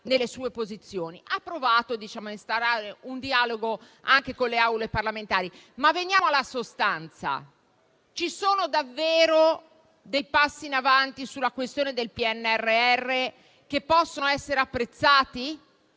Ha provato invece a instaurare un dialogo con le Aule parlamentari. Ma veniamo alla sostanza: ci sono davvero dei passi in avanti sulla questione del PNRR che possono essere apprezzati?